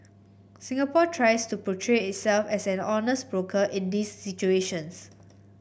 Singapore tries to portray itself as an honest broker in these situations